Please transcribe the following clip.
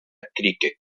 cricket